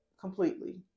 completely